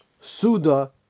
suda